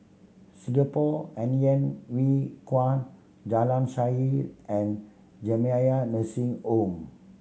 Singapore Hainan Hwee Kuan Jalan Shaer and Jamiyah Nursing Home